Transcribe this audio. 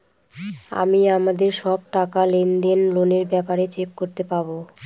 আমি আমাদের সব টাকা, লেনদেন, লোনের ব্যাপারে চেক করতে পাবো